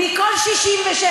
אם זה מותר, אז גם לי מותר.